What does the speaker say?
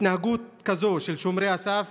התנהגות כזאת של שומרי הסף